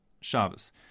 Shabbos